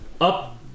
up